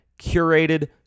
curated